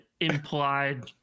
implied